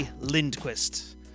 Lindquist